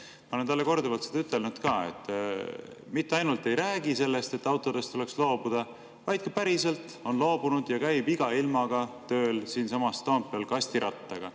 Ma olen talle korduvalt seda ütelnud ka. Ta mitte ainult ei räägi sellest, et autost tuleks loobuda, vaid ta on ka päriselt loobunud ja käib iga ilmaga siinsamas Toompeal tööl kastirattaga.